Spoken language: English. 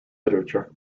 literature